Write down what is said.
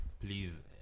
Please